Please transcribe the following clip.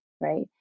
right